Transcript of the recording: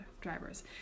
drivers